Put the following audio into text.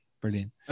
Brilliant